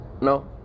No